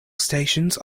stations